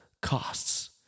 costs